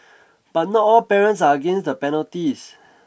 but not all parents are against the penalties